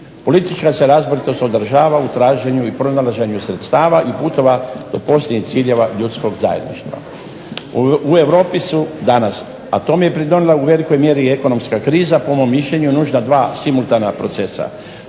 Politička se razboritost odražava u traženju i pronalaženju sredstava i puteva do posljednjih ciljeva ljudskog zajedništva. U Europi su danas, a tome je pridonijela u velikoj mjeri i ekonomska kriza po mom mišljenju nužna dva simultana procesa.